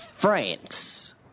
France